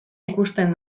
ikusten